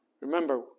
Remember